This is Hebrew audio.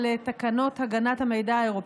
והיא הוכרה אף בסעיף 17 לתקנות הגנת המידע האירופיות.